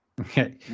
okay